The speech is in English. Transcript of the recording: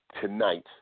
tonight